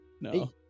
no